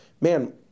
man